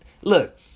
Look